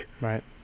right